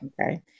Okay